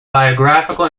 biographical